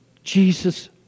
Jesus